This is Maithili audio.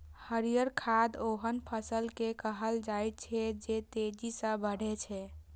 हरियर खाद ओहन फसल कें कहल जाइ छै, जे तेजी सं बढ़ै छै